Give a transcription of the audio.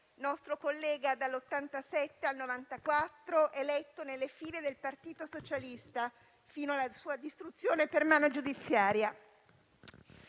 nostro collega dal 1987 al 1994, eletto nelle file del Partito Socialista, fino alla sua distruzione per mano giudiziaria.